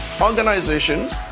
organizations